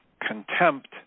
contempt